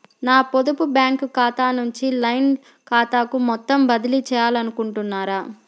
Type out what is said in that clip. నా పొదుపు బ్యాంకు ఖాతా నుంచి లైన్ ఖాతాకు మొత్తం బదిలీ చేయాలనుకుంటున్నారా?